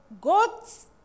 God's